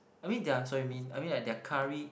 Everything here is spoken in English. I mean their sorry mean I mean like their curry